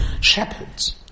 shepherds